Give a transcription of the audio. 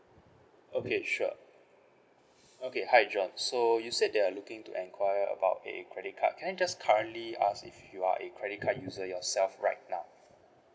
okay sure okay hi john so you said that you are looking to enquire about a credit card can I just currently ask if you are a credit card user yourself right now